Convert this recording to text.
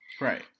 Right